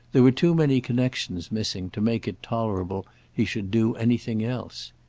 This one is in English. there were too many connexions missing to make it tolerable he should do anything else.